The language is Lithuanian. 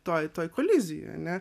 tuoj tuoj kolizijoj ane